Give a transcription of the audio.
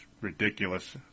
ridiculous